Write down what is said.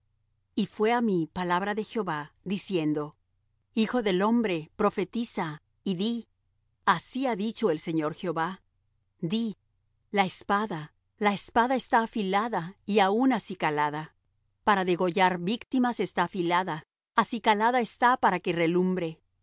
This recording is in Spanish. y fué á mí palabra de jehová diciendo hijo del hombre profetiza y di así ha dicho el señor jehová di la espada la espada está afilada y aun acicalada para degollar víctimas está afilada acicalada está para que relumbre